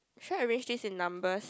should I arrange this in numbers